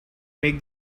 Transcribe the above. make